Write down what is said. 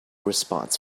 response